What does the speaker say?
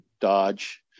dodge